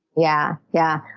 yeah, yeah.